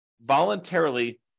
voluntarily